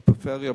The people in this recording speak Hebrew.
בעיקר בפריפריה,